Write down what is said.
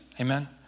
amen